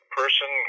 person